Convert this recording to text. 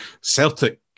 Celtic